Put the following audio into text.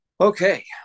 Okay